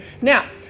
Now